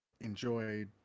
enjoy